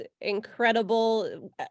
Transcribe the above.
incredible